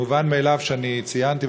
מובן מאליו שאני ציינתי,